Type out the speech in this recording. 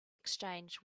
exchange